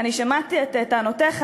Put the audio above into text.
שמעתי את טענותיך,